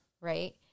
Right